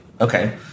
Okay